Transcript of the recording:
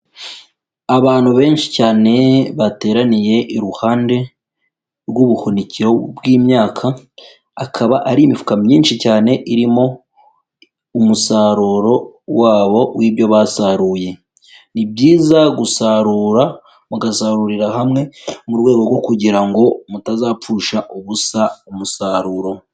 Abantu benshi cyane bateraniye iruhande rw'ubuhunikiro bw'imyaka, akaba ari imifuka myinshi cyane irimo umusaruro wabo w'ibyo basaruye, ni byiza gusarura, mugasarurira hamwe mu rwego rwo kugira ngo mutazapfusha ubusa umusaruro.